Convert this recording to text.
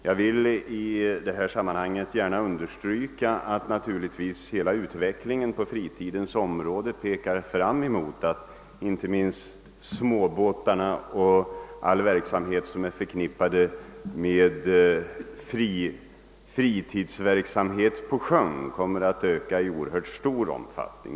Jag vill i det här sammanhanget understryka, att hela utvecklingen på fritidens område naturligtvis pekar fram emot att inte minst småbåtarna och all verksamhet som är förknippad med fritidsverksamhet på sjön kommer att öka i oerhört stor omfattning.